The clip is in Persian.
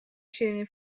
شیرینی